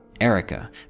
Erica